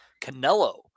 Canelo